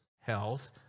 health